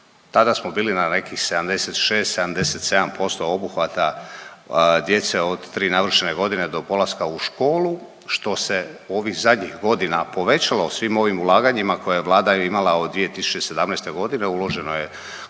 tada smo bili na nekih 76, 77% obuhvata djece od 3 navršene godine do polaska u školu, što se ovih zadnjih godina povećalo svim ovim ulaganjima koje je Vlada imala od 2017. godine. Uloženo je